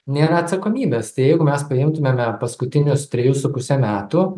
nėra atsakomybės tai jeigu mes paimtumėme paskutinius trejus su puse metų